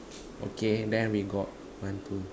okay then we got one two